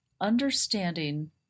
understanding